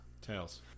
Tails